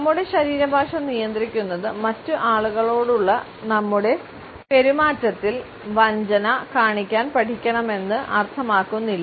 നമ്മുടെ ശരീരഭാഷ നിയന്ത്രിക്കുന്നത് മറ്റ് ആളുകളോടുള്ള നമ്മുടെ പെരുമാറ്റത്തിൽ വഞ്ചന കാണിക്കാൻ പഠിക്കണമെന്ന് അർത്ഥമാക്കുന്നില്ല